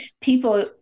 people